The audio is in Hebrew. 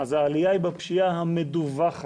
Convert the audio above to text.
אז העלייה היא בפשיעה המדווחת.